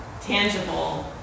tangible